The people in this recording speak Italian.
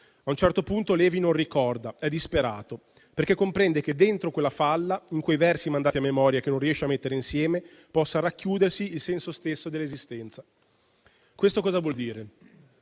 A un certo punto Levi non ricorda, è disperato, perché comprende che dentro quella falla, in quei versi mandati a memoria che non riesce a mettere insieme, può racchiudersi il senso stesso dell'esistenza. Questo cosa vuol dire?